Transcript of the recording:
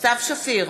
סתיו שפיר,